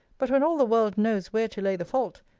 but when all the world knows where to lay the fault,